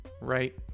right